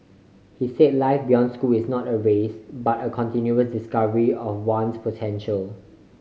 he said life beyond school is not a race but a continuous discovery of one's potential